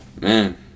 man